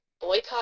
boycott